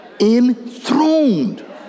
enthroned